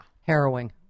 Harrowing